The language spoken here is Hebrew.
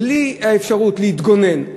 בלי האפשרות להתגונן,